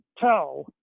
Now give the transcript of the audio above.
Tell